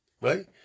right